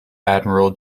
admiral